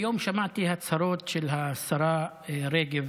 היום שמעתי הצהרות של השרה רגב